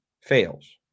fails